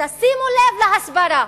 תשימו לב להסברה